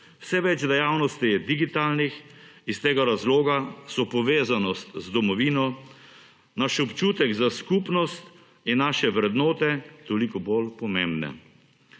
Vse več dejavnosti je digitalnih, iz tega razloga so povezanost z domovino, naš občutek za skupnost in naše vrednote toliko bolj pomembne.